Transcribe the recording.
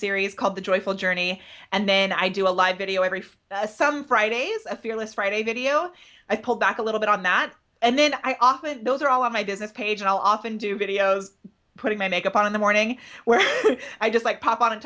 series called the joyful journey and then i do a live video every some fridays a fearless friday video i pull back a little bit on that and then i often those are all in my business page and i often do videos putting my makeup on in the morning where i just like pop on and